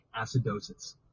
acidosis